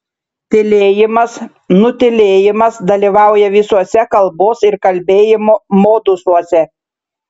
tylėjimas nutylėjimas dalyvauja visuose kalbos ir kalbėjimo modusuose